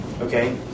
okay